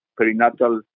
perinatal